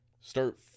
Start